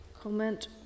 comment